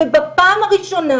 ובפעם הראשונה